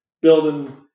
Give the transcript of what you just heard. building